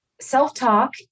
self-talk